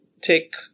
take